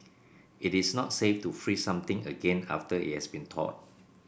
it is not safe to freeze something again after it has been thawed